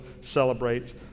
celebrate